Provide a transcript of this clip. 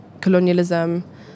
colonialism